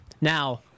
Now